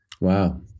Wow